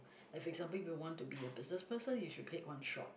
like for example if you want to be a business person you should take one shot